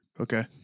Okay